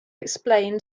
explain